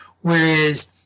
whereas